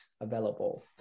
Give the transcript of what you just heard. available